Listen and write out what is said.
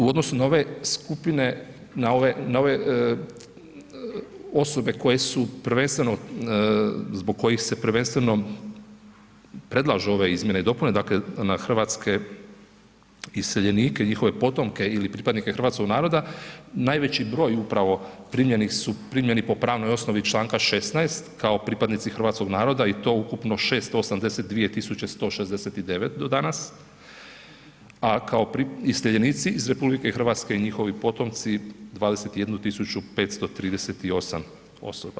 U odnosu na ove skupine, na ove osobe koje su prvenstveno, zbog kojih se prvenstveno predlažu ove izmjene i dopune, dakle na hrvatske iseljenike i njihove potomke ili pripadnike hrvatskog naroda, najveći broj upravo primljenih su primljeni po pravnoj osnovi čl. 16 kao pripadnici hrvatskog naroda i to ukupno 682 169 do danas, a kao iseljenici iz RH i njihovi potomci 21 538 osoba.